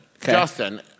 Justin